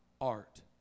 art